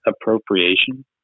appropriation